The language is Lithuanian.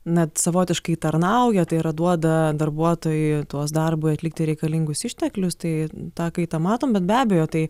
net savotiškai tarnauja tai yra duoda darbuotojui tuos darbui atlikti reikalingus išteklius tai tą kaitą matom bet be abejo tai